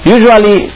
Usually